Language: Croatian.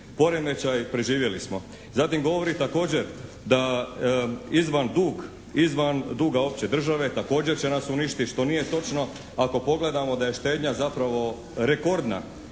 poremećaj, preživjeli smo. Zatim govori također da izvan duga opće države također će nas uništiti što nije točno ako pogledamo da je štednja zapravo rekordna,